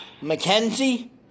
Mackenzie